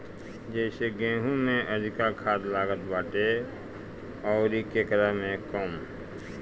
जइसे गेंहू में अधिका खाद लागत बाटे अउरी केराई में कम